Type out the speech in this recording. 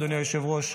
אדוני היושב-ראש,